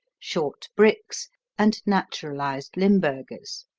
short bricks and naturalized limburgers.